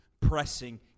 pressing